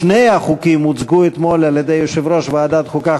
שני החוקים הוצגו אתמול על-ידי יושב-ראש ועדת החוקה,